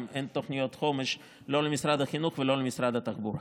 אין תוכניות חומש לא למשרד החינוך ולא למשרד התחבורה.